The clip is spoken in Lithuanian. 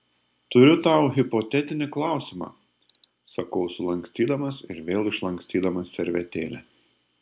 turiu tau hipotetinį klausimą sakau sulankstydamas ir vėl išlankstydamas servetėlę